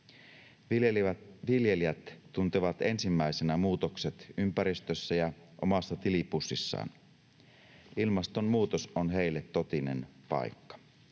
Viljelijät tuntevat ensimmäisenä muutokset ympäristössä ja omassa tilipussissaan. Ilmastonmuutos on heille totinen paikka.